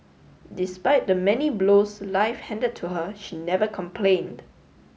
despite the many blows life hand to her she never complained